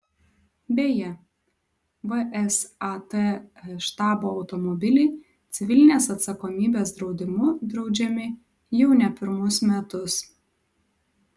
beje vsat štabo automobiliai civilinės atsakomybės draudimu draudžiami jau ne pirmus metus